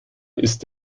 ist